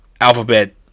alphabet